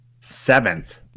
seventh